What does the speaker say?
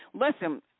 Listen